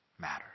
matters